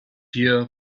here